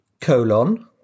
colon